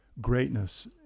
greatness